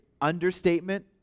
understatement